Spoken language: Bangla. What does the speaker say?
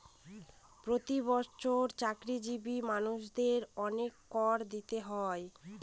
প্রতি বছর চাকরিজীবী মানুষদের অনেক কর দিতে হয়